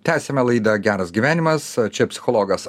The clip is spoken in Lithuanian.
tęsiame laidą geras gyvenimas čia psichologas